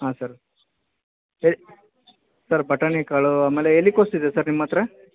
ಹಾಂ ಸರ್ ಹೇಳಿ ಸರ್ ಬಟಾಣಿಕಾಳು ಆಮೇಲೆ ಎಲೆಕೋಸ್ ಇದೆಯಾ ನಿಮ್ಮ ಹತ್ತಿರ